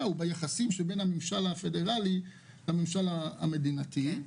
הוא ביחסים שבין החקיקה הפדרלית לחקיקה המדינתית.